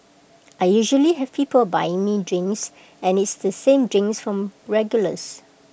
I usually have people buying me drinks and IT is the same drinks from regulars